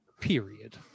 period